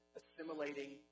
assimilating